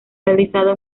realizado